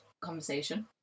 conversation